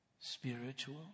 Spiritual